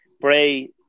Bray